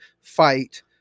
fight